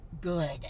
good